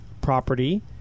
property